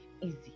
easy